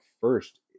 first